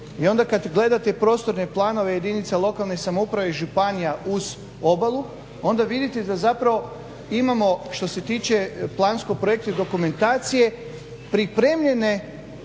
i onda kad gledate prostorne planove jedinice lokalne samouprave iz županija uz obalu onda vidite da zapravo imamo što se tiče plansko projektne dokumentacije pripremljene